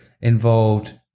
involved